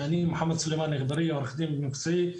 אני מוחמד סולימאן אגבאריה, עורך דין במקצועי.